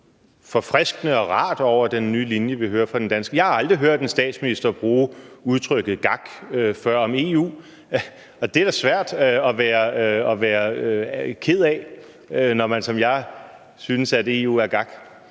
Jeg har aldrig hørt en statsminister bruge udtrykket gak før om EU, og det er da svært at være ked af, når man som jeg synes, at EU er gak.